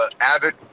avid